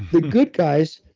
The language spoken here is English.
the good guys,